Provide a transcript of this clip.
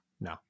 No